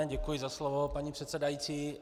Děkuji za slovo, paní předsedající.